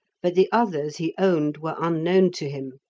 but the others he owned were unknown to him.